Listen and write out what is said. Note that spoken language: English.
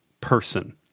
person